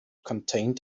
contained